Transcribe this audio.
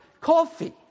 coffee